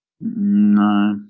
no